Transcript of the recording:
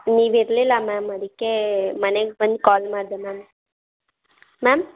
ನೀವು ಇರಲಿಲ್ಲ ಮ್ಯಾಮ್ ಅದಕ್ಕೆ ಮನೆಗೆ ಬಂದು ಕಾಲ್ ಮಾಡಿದೆ ಮ್ಯಾಮ್ ಮ್ಯಾಮ್